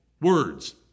words